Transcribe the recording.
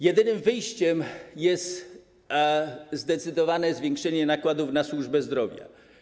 Jedynym wyjściem jest zdecydowane zwiększenie nakładów na służbę zdrowia.